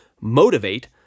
motivate